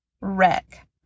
wreck